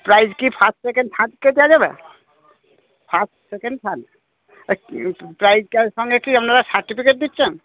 prize কি first second থার্ডকে দেওয়া যাবে ফাস্ট সেকেন্ড থার্ড প্রাইজের সঙ্গে কি আপনারা সার্টিফিকেট দিচ্ছেন